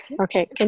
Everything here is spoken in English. Okay